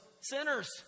sinners